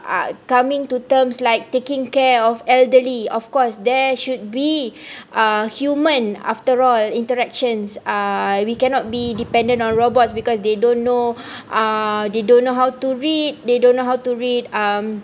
uh coming to terms like taking care of elderly of course there should be human after all interactions uh we cannot be dependant on robots because they don't know uh they don't know how to read they don't know how to read um